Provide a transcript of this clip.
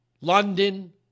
London